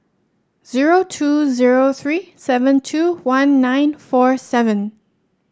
zero two zero three seven two one nine four seven